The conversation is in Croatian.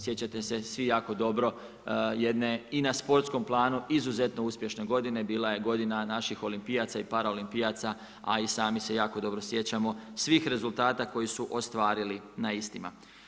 Sjećate se svi jako dobro jedne i na sportskom planu izuzetno uspješne godine, bila je godina naših olimpijaca i paraolimpijaca a i sami se jako dobro sjećamo svih rezultata koji su ostvarili na istima.